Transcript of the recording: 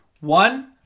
One